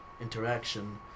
interaction